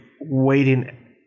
waiting